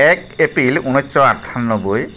এক এপ্ৰিল ঊনৈছশ আঠান্নব্বৈ